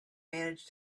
manage